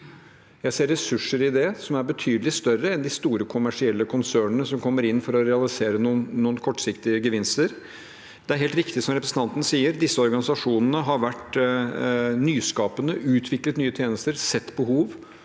Jeg ser ressurser i det som er betydelig større enn med de store kommersielle konsernene som kommer inn for å realisere noen kortsiktige gevinster. Det er helt riktig som representanten sier: Disse organisasjonene har vært nyskapende, utviklet nye tjenester og sett behov.